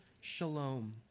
shalom